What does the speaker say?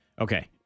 Okay